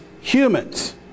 humans